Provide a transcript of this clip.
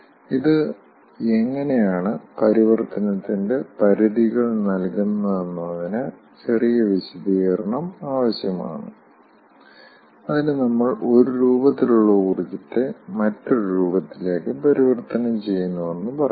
ഇത് എങ്ങനെയാണ് പരിവർത്തനത്തിന്റെ പരിധികൾ നൽകുന്നതെന്നതിന് ചെറിയ വിശദീകരണം ആവശ്യമാണ് അതിന് നമ്മൾ ഒരു രൂപത്തിലുള്ള ഊർജ്ജത്തെ മറ്റൊരു രൂപത്തിലേക്ക് പരിവർത്തനം ചെയ്യുന്നുവെന്ന് പറയാം